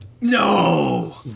No